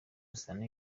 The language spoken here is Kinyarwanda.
amasezerano